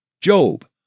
Job